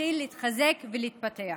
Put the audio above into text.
שמתחיל להתחזק ולהתפתח.